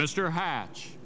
mr hatch